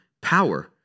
power